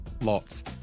lots